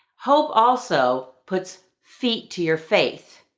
hope also puts feet to your faith.